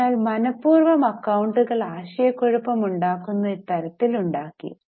അതിനാൽ മനപൂർവ്വം അക്കൌണ്ടുകൾ ആശയക്കുഴപ്പമുണ്ടാക്കുന്ന തരത്തിൽ ഉണ്ടാക്കി